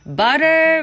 butter